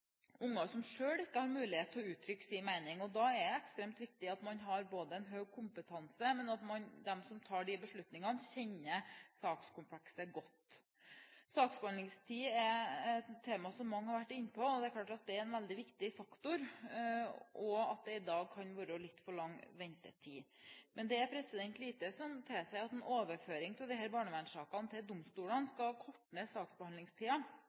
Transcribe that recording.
unger som selv ikke har mulighet til å uttrykke sin mening. Da er det ekstremt viktig at man både har en høy kompetanse, og at de som tar beslutningene, kjenner sakskomplekset godt. Saksbehandlingstid er et tema som mange har vært innom. Det er en veldig viktig faktor, og i dag kan det være litt for lang ventetid. Men det er lite som tilsier at en overføring av disse barnevernssakene til domstolene skal korte ned saksbehandlingstida